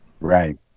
Right